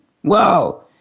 whoa